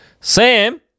sam